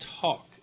talk